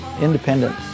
independent